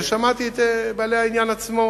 שמעתי את בעלי העניין עצמו